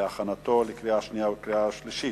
להכנתה לקריאה שנייה ולקריאה שלישית.